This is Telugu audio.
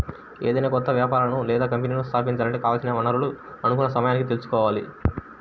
ఏదైనా కొత్త వ్యాపారాలను లేదా కంపెనీలను స్థాపించాలంటే కావాల్సిన వనరులను అనుకున్న సమయానికి తెచ్చుకోవాలి